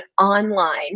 online